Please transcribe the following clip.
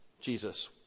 Jesus